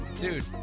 Dude